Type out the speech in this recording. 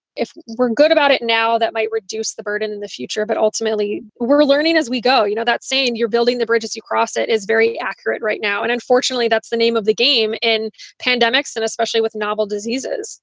if we're good about it now, that might reduce the burden in the future. but ultimately, we're learning as we go, you know, that saying you're building the bridges you cross. it is very accurate right now. and unfortunately, that's the name of the game in pandemics and especially with novel diseases